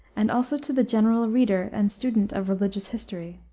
and also to the general reader and student of religious history,